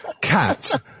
Cat